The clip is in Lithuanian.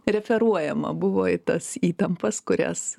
referuojama buvo į tas įtampas kurias